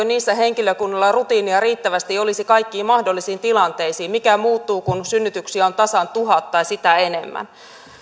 niissä henkilökunnalla olisi rutiinia riittävästi kaikkiin mahdollisiin tilanteisiin mikä muuttuu kun synnytyksiä on tasan tuhat tai sitä enemmän